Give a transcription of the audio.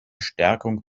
stärkung